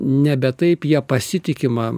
nebe taip ja pasitikima